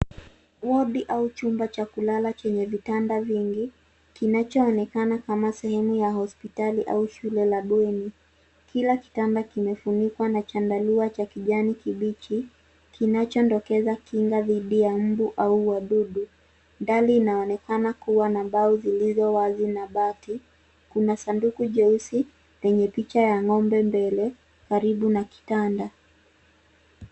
Wadi au chumba cha kulala chenye vitanda vingi kinachoonekana kama sehemu ya hospitali au shule la bweni. Kila kitanda kimefunikwa na chandarua cha kijani kibichi kinachodokeza kinda dhidi ya mbu au wadudu. Dari inaonekeka kuwa na mbao zilizowazi na bati. Kuna sanduku jeusi, lenye picha ya ng'ombe mbele karibu na kitanda.